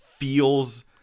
feels